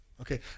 okay